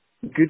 good